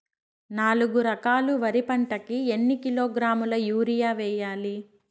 నాలుగు ఎకరాలు వరి పంటకి ఎన్ని కిలోగ్రాముల యూరియ వేయాలి?